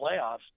playoffs